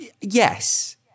Yes